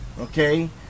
Okay